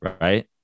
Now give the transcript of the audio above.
right